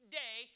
day